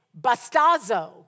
bastazo